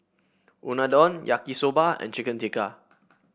Unadon Yaki Soba and Chicken Tikka